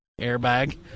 Airbag